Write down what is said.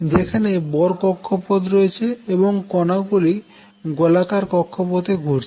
যেখানে বোর কক্ষপথ রয়েছে এবং কনাগুলি গোলাকার কক্ষপথে ঘুরছে